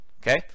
Okay